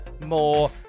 more